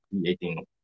creating